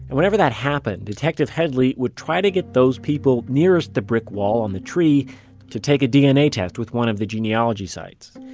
and whenever that happened, detective headley would try to get those people nearest the brick wall on the tree to take a dna test with one of the genealogy sites.